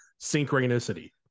synchronicity